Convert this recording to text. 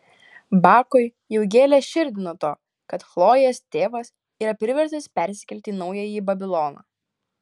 bakui jau gėlė širdį nuo to kad chlojės tėvas yra priverstas persikelti į naująjį babiloną